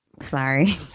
Sorry